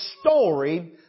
story